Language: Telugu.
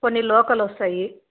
కొన్నీ లోకల్ వస్తాయి